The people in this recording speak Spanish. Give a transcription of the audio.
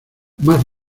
más